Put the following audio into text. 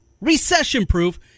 recession-proof